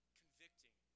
convicting